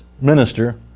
minister